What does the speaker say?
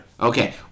Okay